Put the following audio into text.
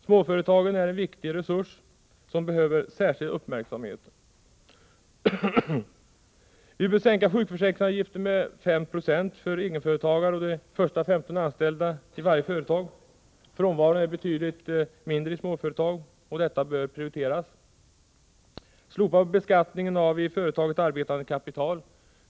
Småföretagen är en viktig resurs, som behöver särskild uppmärksamhet. Vi bör: — sänka sjukförsäkringsavgiften med 5 90 för egenföretagare och de första 15 anställda i varje företag. Frånvaron är betydligt mindre i småföretag, och detta bör prioriteras — slopa beskattningen av i företaget arbetande kapital.